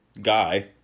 Guy